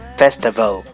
festival，